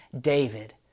David